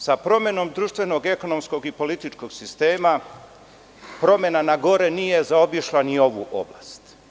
Međutim, sa promenom društvenog, ekonomskog i političkog sistema promena na gore nije zaobišla ni ovu oblast.